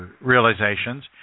realizations